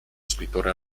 scrittore